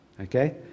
okay